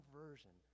version